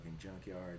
junkyard